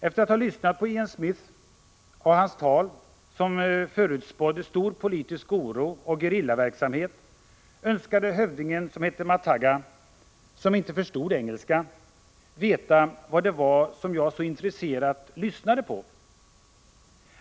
Efter att ha lyssnat på Ian Smiths tal, som förutspådde stor politisk oro och gerillaverksamhet, önskade hövding Mataga, som inte förstod engelska, veta vad det var som jag så intresserat lyssnade på.